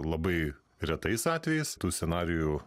labai retais atvejais tų scenarijų